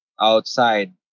outside